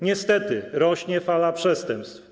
Niestety, rośnie fala przestępstw.